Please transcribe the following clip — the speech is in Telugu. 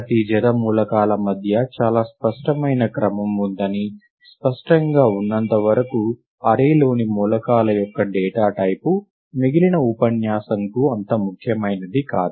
ప్రతి జత మూలకాల మధ్య చాలా స్పష్టమైన క్రమం ఉందని స్పష్టంగా ఉన్నంత వరకు అర్రే లోని మూలకాల యొక్క డేటా టైపు మిగిలిన ఉపన్యాసంకు అంత ముఖ్యమైనది కాదు